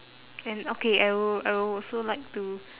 and okay I will I will also like to